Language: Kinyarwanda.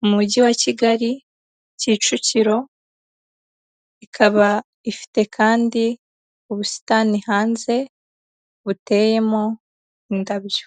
mu mujyi wa Kigali, Kicukiro, ikaba ifite kandi ubusitani hanze, buteyemo indabyo.